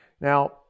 Now